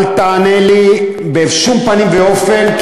אל תענה לי בשום פנים ואופן,